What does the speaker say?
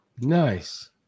Nice